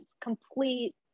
complete